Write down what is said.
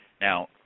Now